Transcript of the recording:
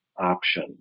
option